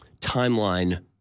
timeline